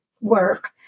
work